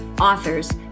authors